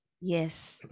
Yes